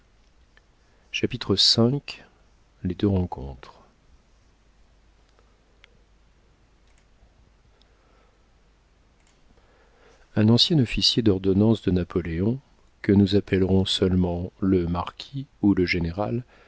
chère v les deux rencontres un ancien officier d'ordonnance de napoléon que nous appellerons seulement le marquis ou le général